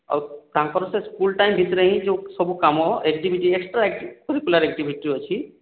ଆଉ ତାଙ୍କର ସେ ସ୍କୁଲ୍ ଟାଇମ୍ ଭିତରେ ହିଁ ଯେଉଁ ସବୁ କାମ ଏକ୍ଟିଭିଟି ଏକ୍ସଟ୍ରାକରିକୁଲାର୍ ଏକ୍ଟିଭିଟି ଅଛି